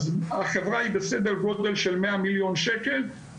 החברה היא בסדר גודל של מאה מיליון שקל,